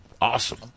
Awesome